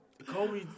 Kobe